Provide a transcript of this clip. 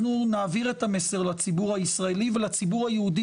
אנחנו נעביר את המסר לציבור הישראלי ולציבור היהודי